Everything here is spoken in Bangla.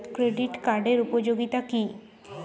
ক্রেডিট কার্ডের উপযোগিতা কি?